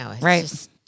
Right